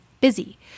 busy